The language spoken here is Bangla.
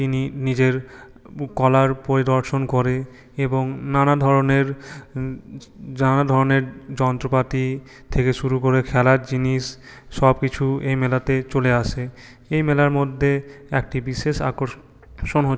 তিনি নিজের কলার পরিদর্শন করে এবং নানা ধরনের নানা ধরনের যন্ত্রপাতি থেকে শুরু করে খেলার জিনিস সবকিছু এই মেলাতে চলে আসে এই মেলার মধ্যে একটি বিশেষ আকর্ষণ